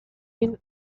been